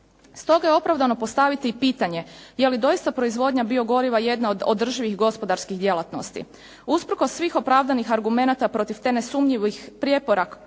Stoga je opravdano postaviti i pitanje je li doista proizvodnja biogoriva jedna od održivih gospodarskih djelatnosti. Usprkos svih opravdanih argumenata protiv te nesumnjivih prijepora